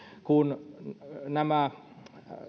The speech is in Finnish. kun nämä